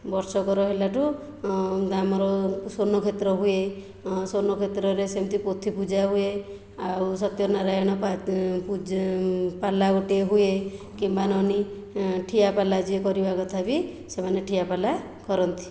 ବର୍ଷକର ହେଲାଠୁ ଆମର ସ୍ଵନକ୍ଷତ୍ର ହୁଏ ସ୍ଵନକ୍ଷତ୍ରରେ ସେମିତି ପୋଥି ପୂଜା ହୁଏ ଆଉ ସତ୍ୟ ନାରାୟଣ ପାଲା ଗୋଟିଏ ହୁଏ କିମ୍ବା ନନି ଠିଆ ପାଲା ଯିଏ କରିବା କଥା ବି ସେମାନେ ଠିଆ ପାଲା କରନ୍ତି